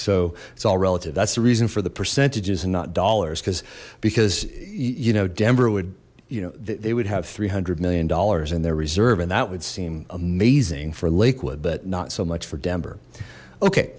so it's all relative that's the reason for the percentages and not dollars because because you know denver would you know that they would have three hundred million dollars in their reserve and that would seem amazing for lakewood but not so much for denver okay